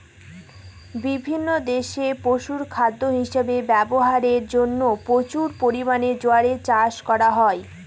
বিভিন্ন দেশে পশুখাদ্য হিসাবে ব্যবহারের জন্য প্রচুর পরিমাণে জোয়ার চাষ করা হয়